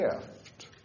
gift